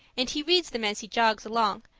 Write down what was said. and he reads them as he jogs along,